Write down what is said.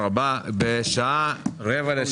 הישיבה ננעלה בשעה 11:35.